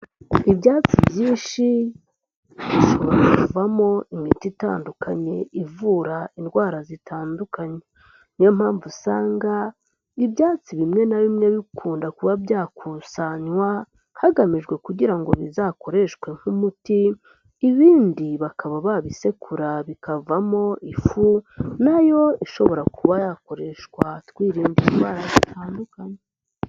Ibyatsi byinshi bishobora kuvamo imiti itandukanye ivura indwara zitandukanye, ni yo mpamvu usanga ibyatsi bimwe na bimwe bikunda kuba byakusanywa, hagamijwe kugira ngo bizakoreshwe nk'umuti, ibindi bakaba babisekura bikavamo ifu na yo ishobora kuba yakoreshwa twirinda indwara zitandukanye.